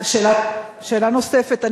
שאלה נוספת.